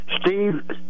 Steve